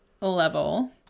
level